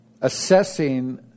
assessing